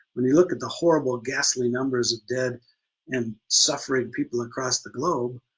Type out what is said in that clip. when you look at the horrible ghastly numbers of dead and suffering, people across the globe.